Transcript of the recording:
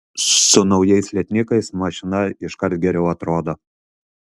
su naujais lietnykais mašina iškart geriau atrodo